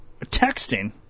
texting